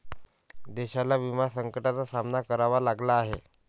देशाला विमा संकटाचा सामना करावा लागला आहे